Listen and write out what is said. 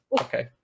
okay